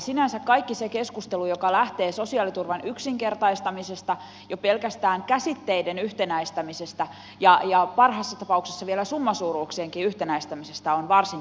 sinänsä kaikki se keskustelu joka lähtee sosiaaliturvan yksinkertaistamisesta jo pelkästään käsitteiden yhtenäistämisestä ja parhaassa tapauksessa vielä summasuuruuksienkin yhtenäistämisestä on varsin tervetullutta